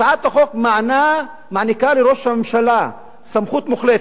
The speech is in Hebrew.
הצעת החוק מעניקה לראש הממשלה סמכות מוחלטת.